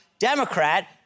Democrat